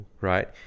right